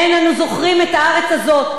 שבהם אנו זוכרים את הארץ הזו,